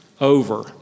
over